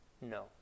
No